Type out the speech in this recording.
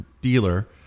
dealer